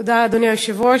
אדוני היושב-ראש,